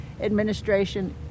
administration